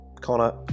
Connor